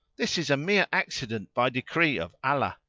this is a mere accident by decree of allah.